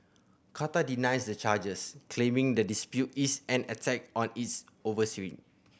Qatar denies the charges claiming the dispute is an attack on its